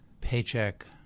paycheck